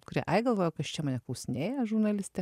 kurie ai galvojo kas čia mane klausinėja žurnalistė